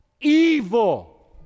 evil